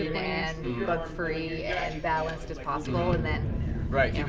and and bug-free and balanced as possible. and and right. yeah